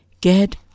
Get